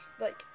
like-